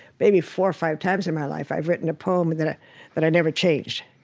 maybe four or five times in my life, i've written a poem that ah but i never changed.